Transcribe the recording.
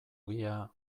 ogia